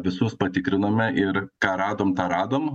visus patikrinome ir ką radom tą radom